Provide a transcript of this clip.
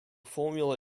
formula